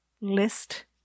list